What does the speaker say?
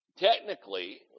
Technically